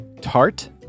tart